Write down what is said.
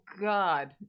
God